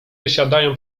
wysiadają